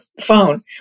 phone